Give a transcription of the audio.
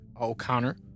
O'Connor